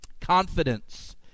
Confidence